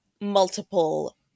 multiple